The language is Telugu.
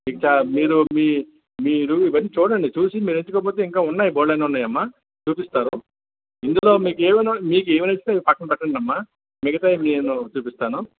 ఇలా మీరు మీ మీరు ఇవి అన్నీ చూడండి చూసి మీరు ఎంచుకోకపోతే ఇంకా ఉన్నాయి బోలెడు అన్ని ఉన్నాయి అమ్మా చూపిస్తారు ఇందులో మీకు ఏవి అయినా ఏవి నచ్చితే అవి పక్కన పెట్టండి అమ్మా మిగతావి నేను చూపిస్తాను